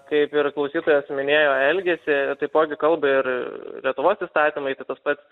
kaip ir klausytojas minėjo elgesį taipogi kalba ir lietuvos įstatymai tai tas pats